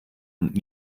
und